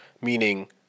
Meaning